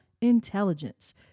intelligence